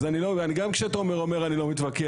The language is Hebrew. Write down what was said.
אני גם כשתומר אומר אני לא מתווכח,